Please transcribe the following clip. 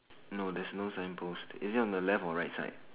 no there's no sign post is it on the left or right side